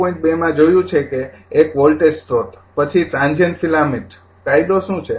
૨માં એ જોયું છે કે એક વોલ્ટેજ સ્રોત પછી ટ્રાન્જિયન્ત ફિલામેન્ટ કાયદો શું છે